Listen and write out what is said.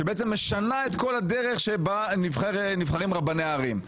שבעצם משנה את כל הדרך שבה נבחרים רבני ערים.